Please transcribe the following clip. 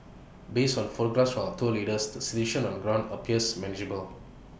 based on photographs from our tour leaders the situation on the ground appears manageable